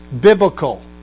biblical